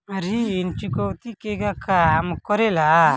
ऋण चुकौती केगा काम करेले?